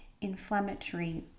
inflammatory